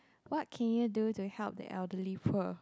what can you do to help the elderly poor